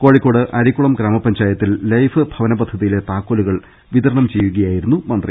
കോഴിക്കോട് അരിക്കുളം ഗ്രാമപഞ്ചായത്തിൽ ലൈഫ് ഭവന പദ്ധതിയിലെ താക്കോലുകൾ വിതരണം ചെയ്യുകയായിരുന്നു മന്ത്രി